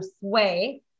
Sway